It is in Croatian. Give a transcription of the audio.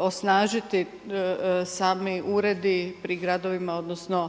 osnažiti sami uredi pri gradovima odnosno